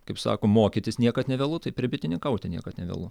kaip sako mokytis niekad nevėlu taip ir bitininkauti niekad nevėlu